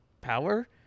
power